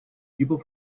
people